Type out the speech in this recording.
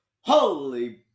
Holy